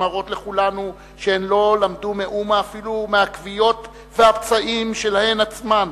שמראות לכולנו שהן לא למדו מאומה אפילו מהכוויות והפצעים שלהן עצמן,